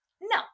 No